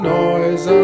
noise